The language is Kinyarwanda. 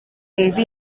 wumve